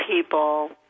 people